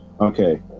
okay